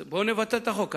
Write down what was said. אז בואו ונבטל את החוק.